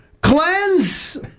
Cleanse